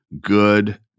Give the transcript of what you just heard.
good